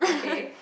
okay